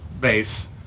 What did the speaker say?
base